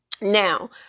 Now